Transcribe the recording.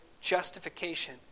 justification